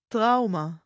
Trauma